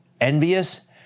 envious